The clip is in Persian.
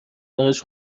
براش